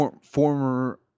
former